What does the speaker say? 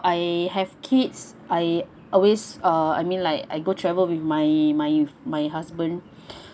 I have kids I always uh I mean like I go travel with my my my husband